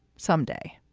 someday,